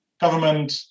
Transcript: government